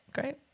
great